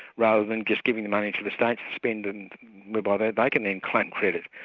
rather than just giving the money to the states to spend and whereby they and can then claim credit.